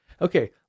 Okay